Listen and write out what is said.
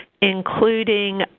including